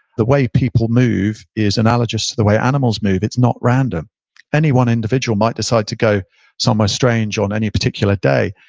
the way people move is analogous to the way animals move. it's not random any one individual might decide to go somewhere strange on any particular day,